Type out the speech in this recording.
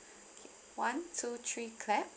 okay one two three clap